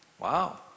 Wow